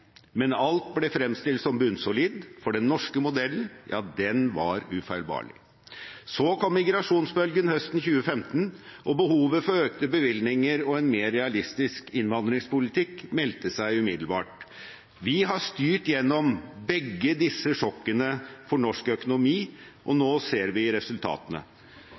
men alt ble fremstilt som bunnsolid, for den norske modellen var ufeilbarlig. Så kom migrasjonsbølgen høsten 2015, og behovet for økte bevilgninger og en mer realistisk innvandringspolitikk meldte seg umiddelbart. Vi har styrt gjennom begge disse sjokkene for norsk økonomi, og nå ser vi resultatene.